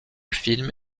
film